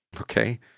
okay